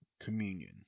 Communion